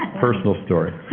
personal story.